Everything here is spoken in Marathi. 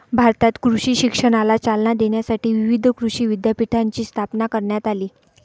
भारतात कृषी शिक्षणाला चालना देण्यासाठी विविध कृषी विद्यापीठांची स्थापना करण्यात आली